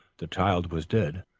the child was dead,